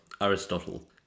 Aristotle